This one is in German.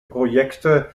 projekte